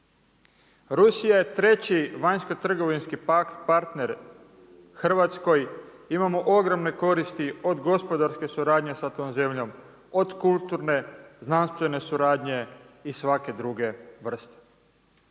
Rusija je treći vanjskotrgovinski partner Hrvatskoj, imamo ogromne koristi od gospodarske suradnje sa tom zemljom od kulturne, znanstvene suradnje i svake druge vrste.